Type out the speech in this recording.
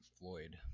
Floyd